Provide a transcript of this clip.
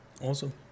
awesome